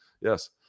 Yes